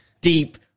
deep